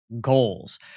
goals